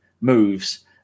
moves